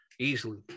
Easily